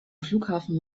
flughafen